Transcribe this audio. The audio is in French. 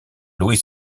luis